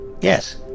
Yes